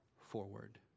forward